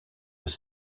was